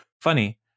funny